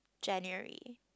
January